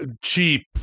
cheap